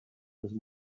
with